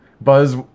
Buzz